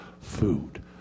food